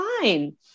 fine